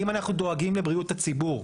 האם אנחנו דואגים לבריאות הציבור.